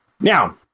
Now